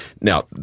Now